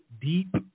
deep